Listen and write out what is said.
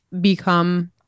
become